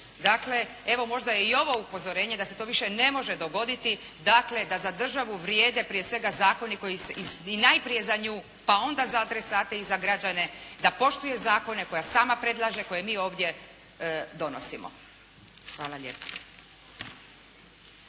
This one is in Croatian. Dakle, evo, možda je i ovo upozorenje da se to više ne može dogoditi dakle da za državu vrijede prije svega zakoni, koji se, najprije za nju, pa onda za adresate i za građane, da poštuje zakone koja sama predlaže, koje mi ovdje donosimo. Hvala lijepa.